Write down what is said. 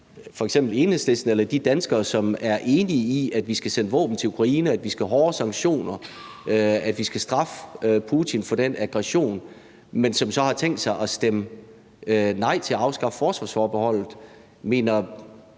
til Enhedslisten eller de danskere, som er enige i, at vi skal sende våben til Ukraine, at vi skal have hårdere sanktioner, at vi skal straffe Putin for den aggression, men som så har tænkt sig at stemme nej til at afskaffe forsvarsforbeholdet. Mener